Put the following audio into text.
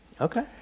Okay